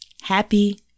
Happy